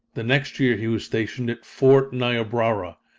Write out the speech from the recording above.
the next year he was stationed at fort niobrara,